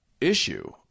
issue